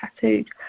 tattooed